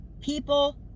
people